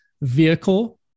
vehicle